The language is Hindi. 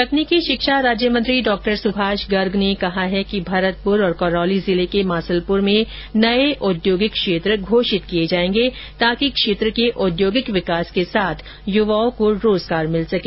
तकनीकी शिक्षा राज्य मंत्री डॉ सुभाष गर्ग ने कहा है कि भरतपुर और करौली जिले के मासलपुर में नए औद्योगिक क्षेत्र घोषित किए जाएंगे ताकि क्षेत्र के औद्योगिक विकास के साथ युवाओं को रोजगार मिल सके